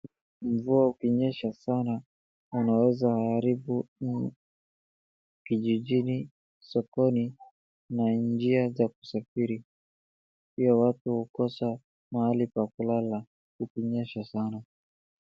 Mvua ikinyesha sana inaweza haribu kijijini, sokoni na njia za kusafiri. Pia watu hukosa mahali pa kulala kukinyesha sana.